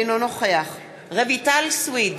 אינו נוכח רויטל סויד,